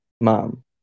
mom